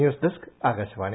news desk Akashvani